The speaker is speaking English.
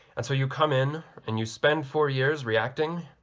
and so you come in and you spend four years reacting